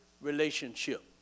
relationship